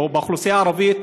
באוכלוסייה הערבית,